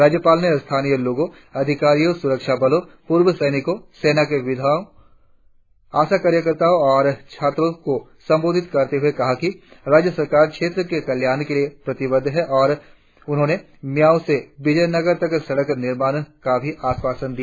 राज्यपाल ने स्थानीय लोगों अधिकारियों सुरक्षाबलो पूर्व सैनिकों सेना के विधवाओं आशा कार्यकर्ताओं और छात्रों को संबोधित करते हुए कहा कि राज्य सरकार क्षेत्र के कल्याण और मियाओ से विजय नगर तक सड़क निर्माण का आश्वासन दिया